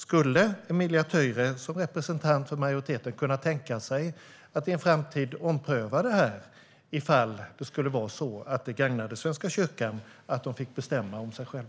Skulle Emilia Töyrä som representant för majoriteten kunna tänka sig att ompröva det här i en framtid om det skulle visa sig att det gagnar Svenska kyrkan att få bestämma om sig själv?